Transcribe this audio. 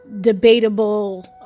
debatable